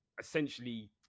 essentially